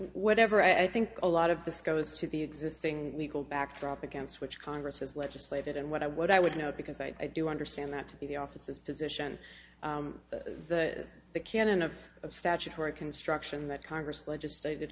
whatever i think a lot of this goes to the existing legal backdrop against which congress has legislated and what i what i would know because i do understand that to be the office's position the the canon of statutory construction that congress legislated